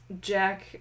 Jack